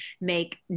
make